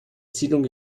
siedlung